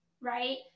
right